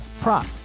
prop